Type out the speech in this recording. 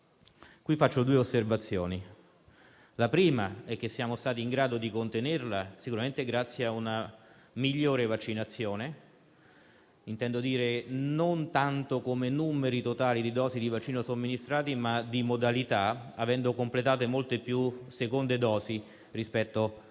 Faccio due osservazioni: la prima è che siamo stati in grado di contenerla sicuramente grazie a una migliore vaccinazione e intendo dire non tanto come numeri totali di dosi di vaccino somministrato, quanto per la modalità, avendo completato molte più seconde dosi rispetto - ad